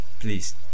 please